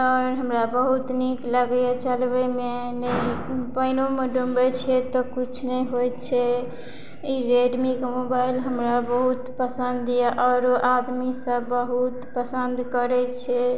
आओर हमरा बहुत नीक लगैया चलबैमे नहि पानियोमे डुमबै छियै तऽ किछु नहि होइ छै ई रेडमीके मोबाइल हमरा बहुत पसन्द यऽ आओरो आदमी सब बहुत पसंद करै छै